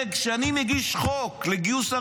הרי כשאני מגיש חוק לגיוס,